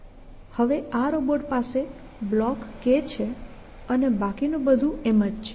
હવે આ રોબોટ પાસે બ્લોક K છે અને બાકીનું બધું એમ જ છે